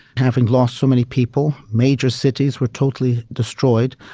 having lost so many people, major cities were totally destroyed.